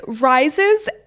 rises